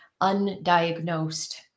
undiagnosed